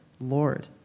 Lord